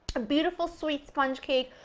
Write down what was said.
a beautiful sweet sponge cake,